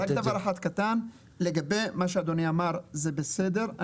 רק דבר אחד קטן: לגבי מה שאדוני אמר זה בסדר,